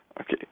Okay